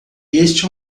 este